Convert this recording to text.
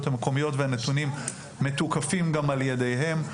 המקומיות והנתונים מתוקפים גם על ידיהם,